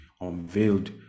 unveiled